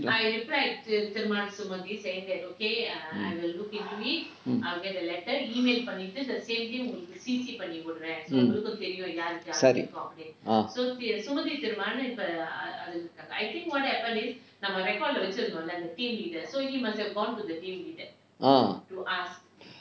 mm சரி:sari ah ah